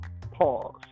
Pause